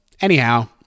anyhow